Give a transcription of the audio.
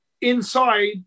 inside